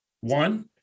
One